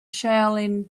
shaolin